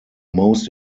most